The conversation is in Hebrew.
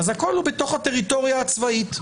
הכול הוא בטריטוריה הצבאית,